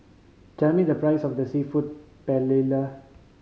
tell me the price of the Seafood Paella